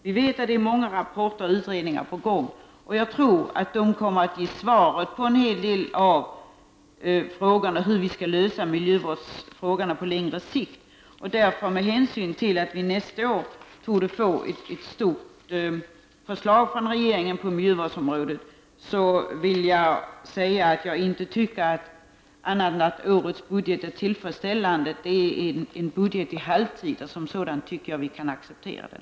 Vi vet att många rapporter och utredningar är på gång, och jag tror att de kommer att ge en hel del svar på hur vi skall lösa miljövårdsfrågorna på längre sikt. Med hänsyn till att vi nästa år torde få ett stort förslag från regeringen på miljövårdsområdet vill jag säga att jag inte tycker annat än att årets budget är tillfredsställande. Det är en budget i halvtid och som sådan anser jag att vi kan acceptera den.